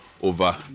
over